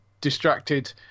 distracted